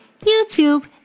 YouTube